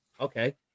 Okay